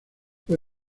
fue